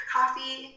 coffee